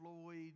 Floyd